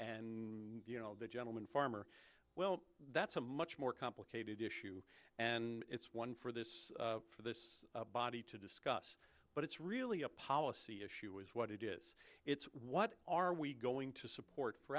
and the gentleman farmer well that's a much more complicated issue and it's one for this for this body to discuss but it's really a policy issue is what it is it's what are we going to support for